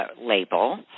label